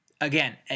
again